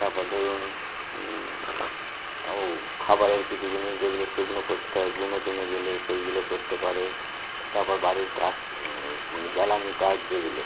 তারপর ধরুন ও খাবারের কিছু জিনিস যেগুলো শুকনো করতে হয় গুমে টুমে গেলে সেইগুলো করতে পারে তারপর বাড়ির কাঠ জ্বালানি কাঠ যেগুলো